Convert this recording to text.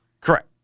Correct